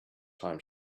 time